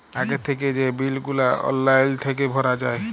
আগে থ্যাইকে যে বিল গুলা অললাইল থ্যাইকে ভরা যায়